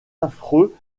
affreux